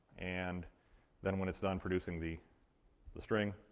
and then when it's done producing the the string,